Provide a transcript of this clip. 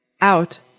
Out